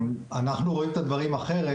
אנחנו רואים את הדברים אחרת,